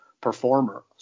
performer